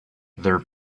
their